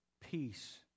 peace